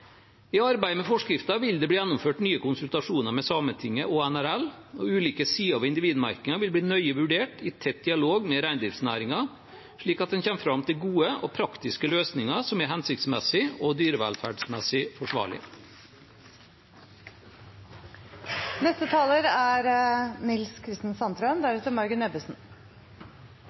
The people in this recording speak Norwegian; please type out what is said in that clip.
I arbeidet med forskriften vil det bli gjennomført nye konsultasjoner med Sametinget og NRL, og ulike sider ved individmerkingen vil bli nøye vurdert i tett dialog med reindriftsnæringen, slik at man kommer fram til gode og praktiske løsninger som er hensiktsmessige og dyrvelferdsmessig forsvarlige. Reindriften er